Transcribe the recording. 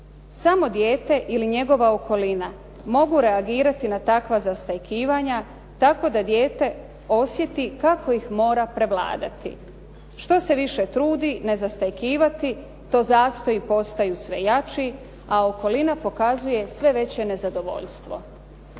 Samo dijete ili njegova okolina mogu reagirati na takva zastajkivanja tako da dijete osjeti kako ih mora prevladati. Što se više trudi ne zastajkivati to zastoji postaju sve jači, a okolina pokazuje sve veće nezadovoljstvo.